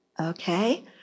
Okay